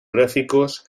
gráficos